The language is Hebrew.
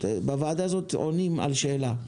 בוועדה הזאת עונים על שאלה: